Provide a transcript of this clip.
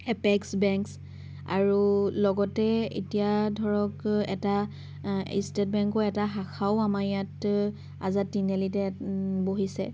apex বেংকচ আৰু লগতে এতিয়া ধৰক এটা ষ্টেট বেংকৰ এটা শাখাও আমাৰ ইয়াত আজাদ তিনিআলিতে বহিছে